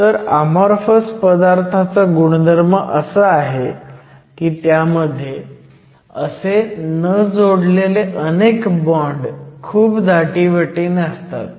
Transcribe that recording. तर अमॉरफस पदार्थाचा गुणधर्म असा आहे की त्यामध्ये असे न जोडलेले अनेक बॉण्ड खूप दाटीवाटीने असतात